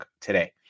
today